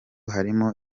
harimo